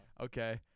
Okay